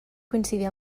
coincidir